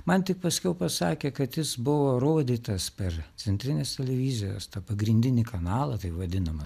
man tik paskiau pasakė kad jis buvo rodytas per centrinės televizijos pagrindinį kanalą taip vadinamą